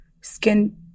skin